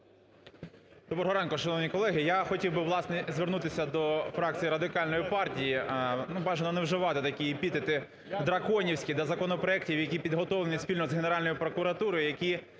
Доброго ранку, шановні колеги. Я хотів би, власне, звернутися до фракції Радикальної партії. Бажано не вживати такі епітети – драконівські, да, законопроекти, які підготовлені спільно з Генеральною прокуратурою, які